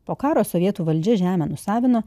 po karo sovietų valdžia žemę nusavino